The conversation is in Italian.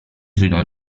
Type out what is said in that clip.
sono